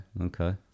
Okay